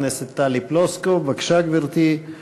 חברת הכנסת טלי פלוסקוב, בבקשה, גברתי.